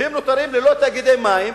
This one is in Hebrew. והם נותרים ללא תאגידי מים,